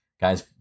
Guys